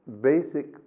basic